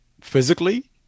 physically